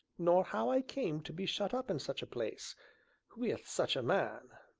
nor how i came to be shut up in such a place with such a man.